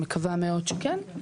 אני מקווה מאוד שכן.